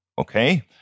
Okay